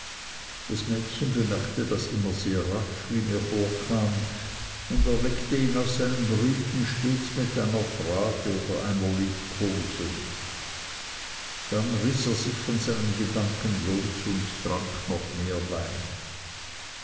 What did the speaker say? das mädchen bemerkte das immer sehr rasch wie mir vorkam und erweckte ihn aus seinem brüten stets mit einer frage oder einer liebkosung dann riß er sich von seinem gedanken los und trank noch mehr wein